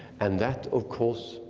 and that, of course,